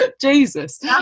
jesus